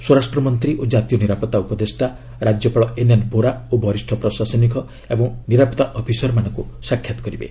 ସ୍ୱରାଷ୍ଟ୍ରମନ୍ତ୍ରୀ ଓ ଜାତୀୟ ନିରାପତ୍ତା ଉପଦେଷ୍ଟା ରାଜ୍ୟପାଳ ଏନ୍ଏନ୍ ବୋରା ଓ ବରିଷ୍ଠ ପ୍ରଶାସନିକ ଅଫିସର ଓ ନିରାପତ୍ତା ଅଫିସରମାନଙ୍କୁ ସାକ୍ଷାତ୍ କରିବେ